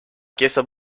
chiesa